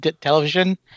television